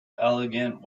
elegant